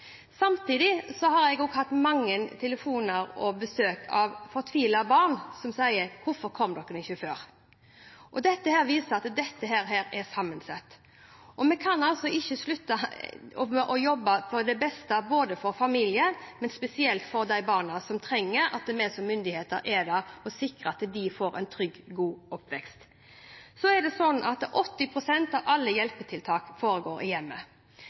Samtidig har jeg òg hatt mange telefoner og besøk av fortvilte barn som sier: Hvorfor kom dere ikke før? Dette viser at dette er sammensatt. Vi kan altså ikke slutte å jobbe for det beste for både familien og spesielt for de barna som trenger at vi som myndigheter er der og sikrer at de får en trygg, god oppvekst. 80 pst. av alle hjelpetiltak foregår i hjemmet.